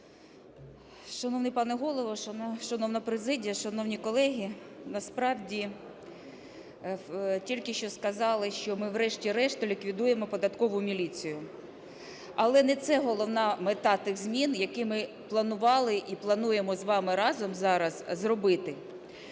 Шановний пане Голово, шановна президія, шановні колеги! Насправді, тільки що сказали, що ми врешті-решт ліквідуємо Податкову міліцію. Але не це головна мета тих змін, які ми планували і плануємо з вами разом зараз зробити.